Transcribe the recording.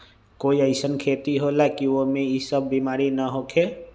कोई अईसन खेती होला की वो में ई सब बीमारी न होखे?